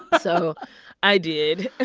so i did,